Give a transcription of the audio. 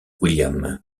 william